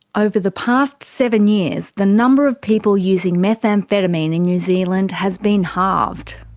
over the past seven years, the number of people using methamphetamine in new zealand has been halved.